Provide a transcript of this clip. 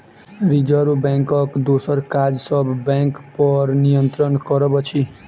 reserve बैंकक दोसर काज सब बैंकपर नियंत्रण करब अछि